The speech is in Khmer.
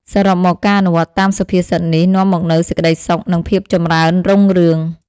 សរុបមក ការអនុវត្តតាមសុភាសិតនេះ នឹងនាំមកនូវសេចក្ដីសុខ និងភាពចម្រើនរុងរឿង។